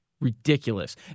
Ridiculous